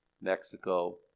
Mexico